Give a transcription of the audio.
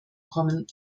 kommen